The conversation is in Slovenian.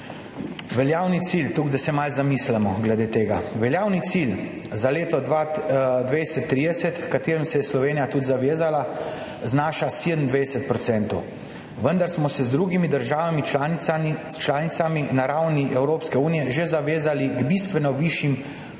Veljavni cilj – toliko, da se malo zamislimo glede tega – za leto 2020–2030, h kateremu se je Slovenija tudi zavezala, znaša 27 %, vendar smo se z drugimi državami članicami na ravni Evropske unije že zavezali k bistveno višjim